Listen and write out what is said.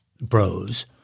bros